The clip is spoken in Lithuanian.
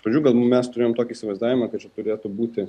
iš pradžių gal mes turėjome tokį įsivaizdavimą kad čia turėtų būti